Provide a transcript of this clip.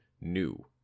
new